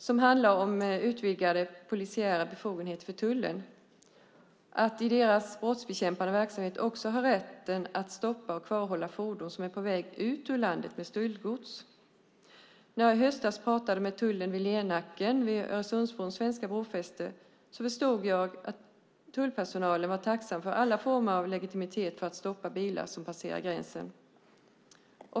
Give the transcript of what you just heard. Den handlar om utvidgade polisiära befogenheter för tullen, om att de i sin brottsbekämpande verksamhet också ska ha rätten att stoppa och kvarhålla fordon som är på väg ut ur landet med stöldgods. När jag i höstas pratade med tullen vid Lernacken vid Öresundsbrons svenska brofäste förstod jag att tullpersonalen var tacksam för alla former av legitimitet för att stoppa bilar som passerar gränsen.